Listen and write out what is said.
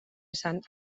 sant